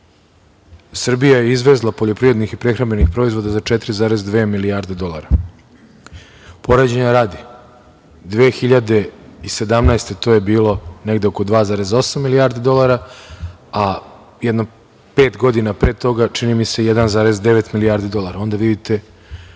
Srbija je izvezla poljoprivrednih i prehrambenih proizvoda za 4,2 milijarde dolara. Poređenja radi, 2017. godine to je negde oko 2,8 milijardi dolara, a pet godina pre toga, čini mi se, 1,9 milijardi dolara, onda vidite